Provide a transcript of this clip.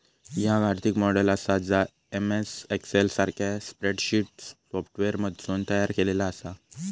याक आर्थिक मॉडेल आसा जा एम.एस एक्सेल सारख्या स्प्रेडशीट सॉफ्टवेअरमधसून तयार केलेला आसा